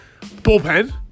bullpen